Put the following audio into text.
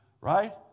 right